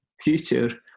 teacher